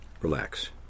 relax